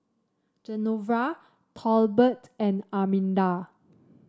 Genevra Tolbert and Arminda